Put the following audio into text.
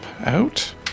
out